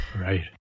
Right